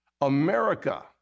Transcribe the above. America